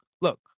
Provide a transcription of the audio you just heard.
look